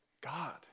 God